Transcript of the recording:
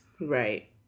right